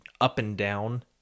up-and-down